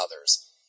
others